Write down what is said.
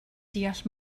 deall